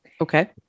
Okay